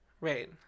Right